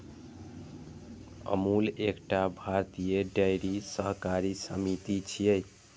अमूल एकटा भारतीय डेयरी सहकारी समिति छियै